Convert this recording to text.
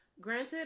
granted